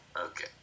Okay